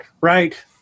Right